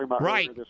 right